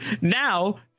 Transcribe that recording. now